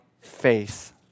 faith